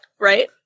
Right